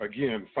Again